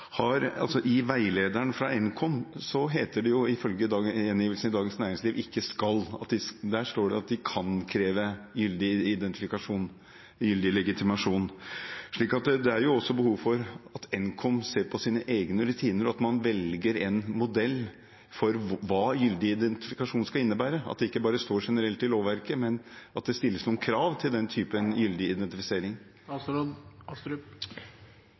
står at de kan kreve gyldig identifikasjon, gyldig legitimasjon. Så det er jo også behov for at Nkom ser på sine egne rutiner, og at man velger en modell for hva gyldig identifikasjon skal innebære, at det ikke bare står generelt i lovverket, men at det stilles noen krav til den typen gyldig identifisering.